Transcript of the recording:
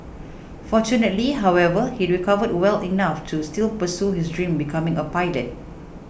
fortunately however he recovered well enough to still pursue his dream becoming a pilot